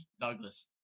Douglas